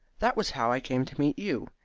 that was how i came to meet you,